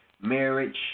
marriage